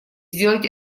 сделать